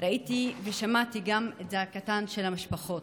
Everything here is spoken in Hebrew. ראיתי ושמעתי גם את זעקתן של המשפחות.